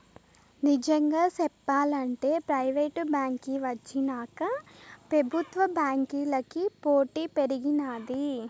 నిజంగా సెప్పాలంటే ప్రైవేటు బాంకీ వచ్చినాక పెబుత్వ బాంకీలకి పోటీ పెరిగినాది